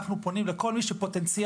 אנחנו פונים לכל מי שבפוטנציאל,